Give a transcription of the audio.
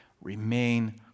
Remain